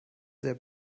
sehr